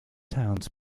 towns